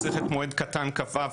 מסכת מועד קטן כ"ו,